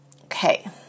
Okay